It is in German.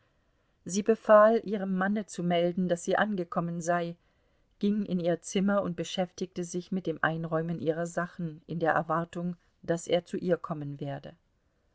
sie befahl ihrem manne zu melden daß sie angekommen sei ging in ihr zimmer und beschäftigte sich mit dem einräumen ihrer sachen in der erwartung daß er zu ihr kommen werde